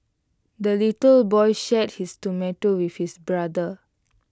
the little boy shared his tomato with his brother